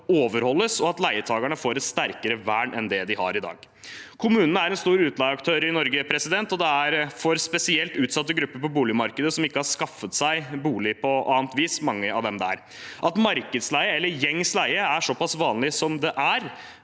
overholdes, og at leietakerne får et sterkere vern enn det de har i dag. Kommunene er en stor utleieaktør i Norge, spesielt for mange fra utsatte grupper på boligmarkedet som ikke har skaffet seg bolig på annet vis. At markedsleie, eller gjengs leie, er såpass vanlig som det er,